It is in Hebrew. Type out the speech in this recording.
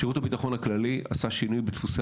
שירות הביטחון הכללי עשה שינוי בדפוסי